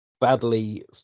badly